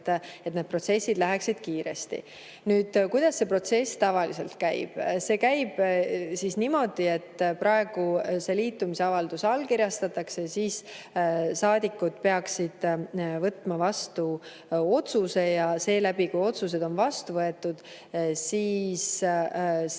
et need protsessid läheksid kiiresti. Kuidas see protsess tavaliselt käib? See käib niimoodi, et praegu see liitumisavaldus allkirjastatakse, siis saadikud peaksid võtma vastu otsuse ja kui otsus on vastu võetud, siis see